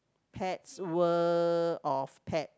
pete's world of pets